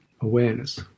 Awareness